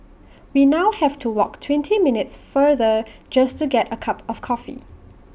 we now have to walk twenty minutes further just to get A cup of coffee